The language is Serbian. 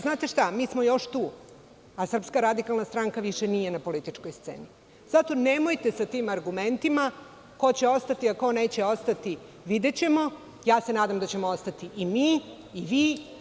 Znate šta, mi smo još tu, a SRS više nije na političkoj sceni i zato nemojte sa tim argumentima ko će ostati, a ko neće ostati, videćemo, nadam se da ćemo ostati i mi i vi.